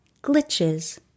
glitches